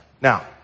Now